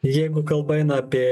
jeigu kalba eina apie